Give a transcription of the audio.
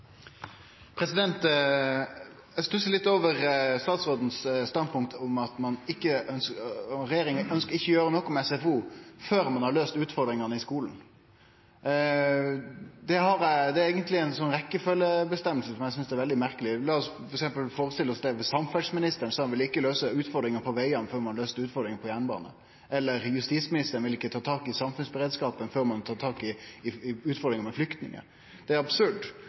Eg stussar litt over statsrådens standpunkt, at regjeringa ikkje ønskjer å gjere noko med SFO før ein har løyst utfordringane i skulen. Det er eigentleg ei rekkjefølgjeavgjerd som eg synest er veldig merkeleg. Lat oss f.eks. førestille oss at samferdselsministeren ikkje vil løyse utfordringane på vegane før ein har løyst utfordringane på jernbane, eller at justisministeren ikkje vil ta tak i samfunnsberedskapen før ein har tatt tak i utfordringane med flyktningar. Det er absurd